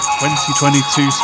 2022